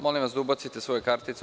Molim vas da ubacite svoje kartice u